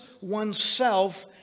oneself